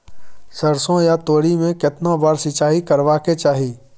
सरसो या तोरी में केतना बार सिंचाई करबा के चाही?